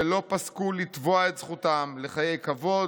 ולא פסקו לתבוע את זכותם לחיי כבוד,